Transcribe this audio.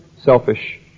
selfish